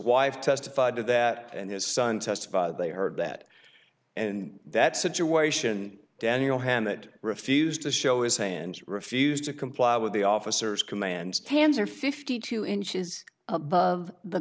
wife testified to that and his son testified they heard that and that situation daniel had that refused to show his hands refused to comply with the officers command hands are fifty two inches above the